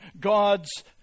God's